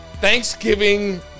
Thanksgiving